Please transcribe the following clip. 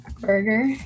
burger